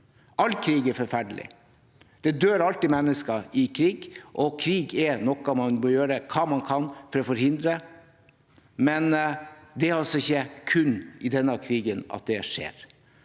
All krig er forferdelig. Det dør alltid mennesker i krig, og krig er noe man bør gjøre alt man kan for å forhindre. Men det er ikke kun i denne krigen det skjer.